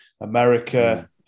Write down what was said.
America